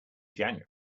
january